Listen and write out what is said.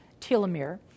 telomere